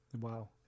Wow